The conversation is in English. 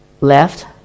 left